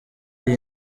iyi